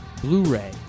Blu-ray